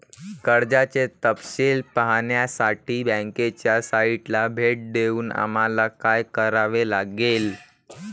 कर्जाचे तपशील पाहण्यासाठी बँकेच्या साइटला भेट देऊन आम्हाला काय करावे लागेल?